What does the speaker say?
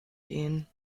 gehen